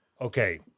Okay